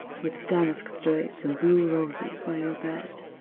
with damask drapes, and blue roses by your bed.